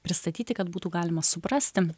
pristatyti kad būtų galima suprasti